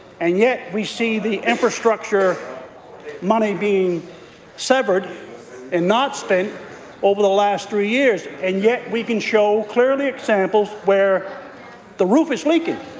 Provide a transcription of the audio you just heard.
and yet we see the infrastructure money being severed and not spent over the last three years, and yet we can show clear examples where the roof is leaking